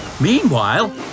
Meanwhile